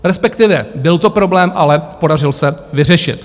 Respektive byl to problém, ale podařil se vyřešit.